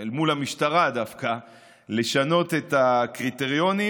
אל מול המשטרה לשנות את הקריטריונים,